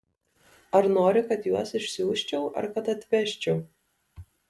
ar nori kad juos išsiųsčiau ar kad atvežčiau